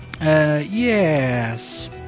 Yes